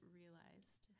realized